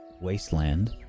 wasteland